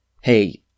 hey